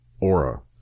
aura